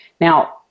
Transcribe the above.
Now